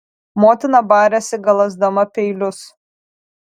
motina barėsi galąsdama peilius